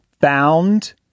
found